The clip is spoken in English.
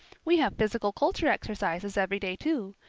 we have physical culture exercises every day, too.